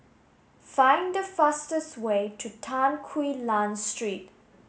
find the fastest way to Tan Quee Lan Street